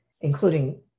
including